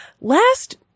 last